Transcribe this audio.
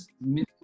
Miss